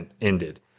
ended